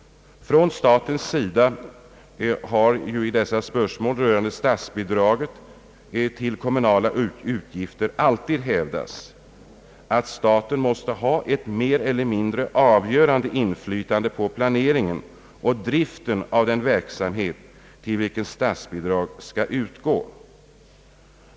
Staten har när det gäller statsbidrag till kommunala utgifter alltid hävdat, att staten måste ha ett mer eller mindre avgörande inflytande på planeringen och driften av den verksamhet, till vilken statsbidrag skall utgå.